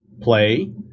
play